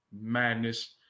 madness